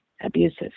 abusive